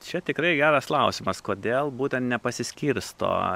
čia tikrai geras klausimas kodėl būtent nepasiskirsto